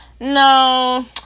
no